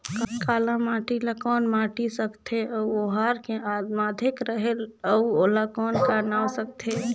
काला माटी ला कौन माटी सकथे अउ ओहार के माधेक रेहेल अउ ओला कौन का नाव सकथे?